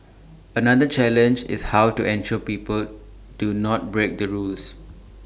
another challenge is how to ensure people do not break the rules